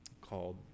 called